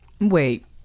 Wait